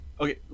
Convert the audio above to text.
Okay